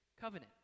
covenant